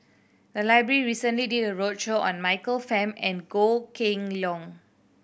the library recently did a roadshow on Michael Fam and Goh Kheng Long